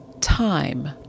time